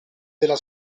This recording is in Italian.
della